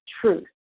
truth